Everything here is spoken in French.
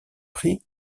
prix